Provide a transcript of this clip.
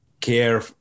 care